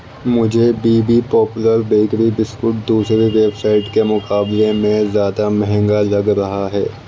مجھے بی بی پاپولر بیکری بسکٹ دوسری ویب سائٹس کے مقابلے میں زیادہ مہنگا لگ رہا ہے